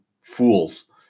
fools